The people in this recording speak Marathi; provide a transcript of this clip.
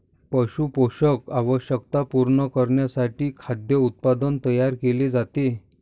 पशु पोषण आवश्यकता पूर्ण करण्यासाठी खाद्य उत्पादन तयार केले जाते